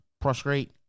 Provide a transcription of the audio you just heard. prostrate